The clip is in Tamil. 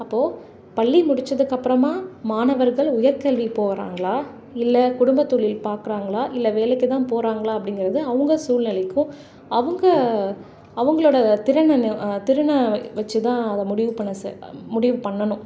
அப்போது பள்ளி முடிச்சதுக்கப்புறமா மாணவர்கள் உயர்கல்வி போகிறாங்களா இல்லை குடும்ப தொழில் பார்க்குறாங்களா இல்லை வேலைக்கு தான் போகிறாங்களா அப்படிங்கிறது அவங்க சூழ்நெலைக்கும் அவங்க அவங்களோட திறனை திறனை வச்சு தான் அதை முடிவு பண்ண ச முடிவு பண்ணணும்